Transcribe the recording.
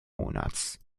monats